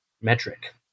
metric